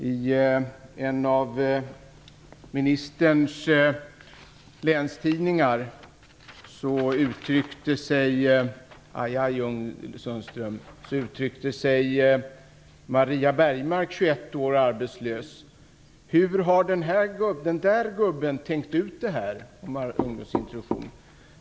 I en av länstidningarna i ministerns hemlän uttryckte sig Maria Bergmark, 21 år och arbetslös, under rubriken Aj aj Sundström: Hur har den där gubben tänkt ut det här om ungdomsintroduktion?